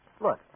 Look